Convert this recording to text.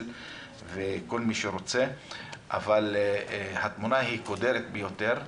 וכל מי שרוצה אבל התמונה קודרת ביותר.